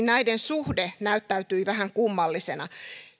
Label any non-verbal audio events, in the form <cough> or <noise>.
<unintelligible> näiden suhde näyttäytyi vähän kummallisena